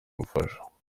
ubufasha